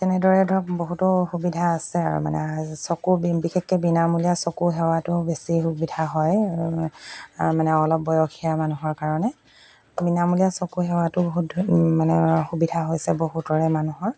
তেনেদৰে ধৰক বহুতো সুবিধা আছে আৰু মানে চকু বিশেষকৈ বিনামূলীয়া চকু সেৱাটো বেছি সুবিধা হয় মানে অলপ বয়সীয়া মানুহৰ কাৰণে বিনামূলীয়া চকু সেৱাটো বহুত মানে সুবিধা হৈছে বহুতৰে মানুহৰ